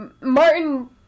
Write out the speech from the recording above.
Martin